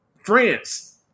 France